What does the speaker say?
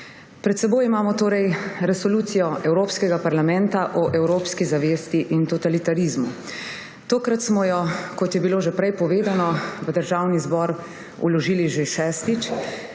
Pred seboj imamo torej Resolucijo Evropskega parlamenta o evropski zavesti in totalitarizmu. Tokrat smo jo, kot je bilo že prej povedano, v Državni zbor vložili še šestič.